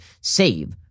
save